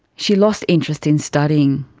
she lost interest in studying.